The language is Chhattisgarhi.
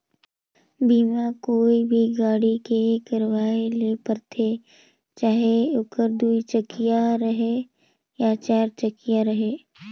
बीमा कोनो भी गाड़ी के करवाये ले परथे चाहे ओहर दुई चकिया रहें या चार चकिया रहें